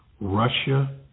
Russia